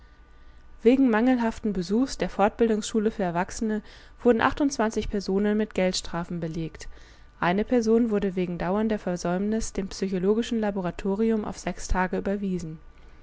wegen mangelhaften besuchs der fortbildungsschule für erwachsene wurden achtundzwanzig personen mit geldstrafen belegt eine person wurde wegen dauernder versäumnis dem psychologischen laboratorium auf sechs tage überwiesen